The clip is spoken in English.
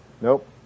Nope